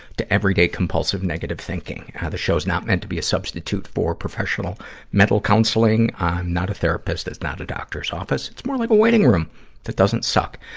to everyday, compulsive negative thinking. this show's not meant to be a substitute for professional mental counseling. i'm not a therapist. it's not a doctor's office. it's more like a waiting room that doesn't suck.